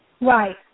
Right